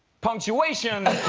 punctuation